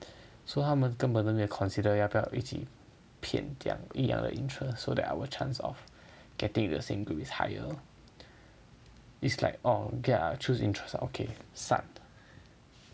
所以他们根本都没有 consider 要不要一起骗讲一样的 interest so that our chance of getting in the same group is higher it's like all ya choose interest okay start